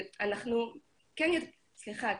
סליחה,